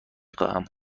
خواهم